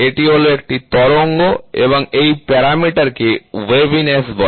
এটি হলো একটি তরঙ্গ এবং এই প্যারামিটারটাকে ওয়েভিনেস বলে